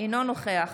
אינו נוכח